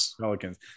Pelicans